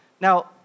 Now